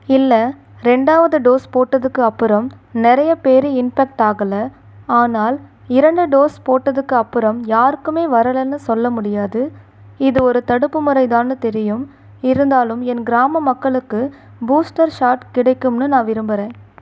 இல்லை ரெண்டாவது டோஸ் போட்டதுக்கு அப்புறம் நிறைய பேரு இன்பெக்ட் ஆகல ஆனால் இரண்டு டோஸ் போட்டதுக்கு அப்புறம் யாருக்குமே வரலன்னு சொல்ல முடியாது இது ஒரு தடுப்பு முறைதான்னு தெரியும் இருந்தாலும் என் கிராம மக்களுக்கு பூஸ்டர் ஷாட் கிடைக்கும்னு நான் விரும்புகிறேன்